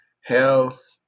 health